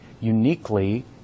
uniquely